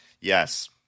Yes